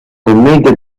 commedia